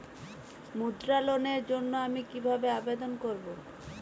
মুদ্রা লোনের জন্য আমি কিভাবে আবেদন করবো?